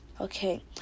okay